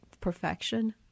perfection